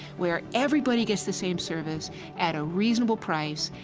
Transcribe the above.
where everybody gets the same service at a reasonable price,